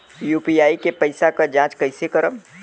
UPI के पैसा क जांच कइसे करब?